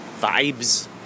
Vibes